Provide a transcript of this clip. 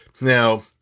Now